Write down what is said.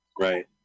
Right